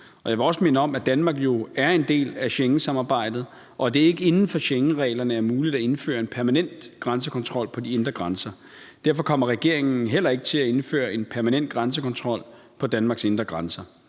Jeg vil også minde om, at Danmark jo er en del af Schengensamarbejdet, og at det ikke inden for Schengenreglerne er muligt at indføre en permanent grænsekontrol ved de indre grænser. Derfor kommer regeringen heller ikke til at indføre en permanent grænsekontrol ved Danmarks indre grænser.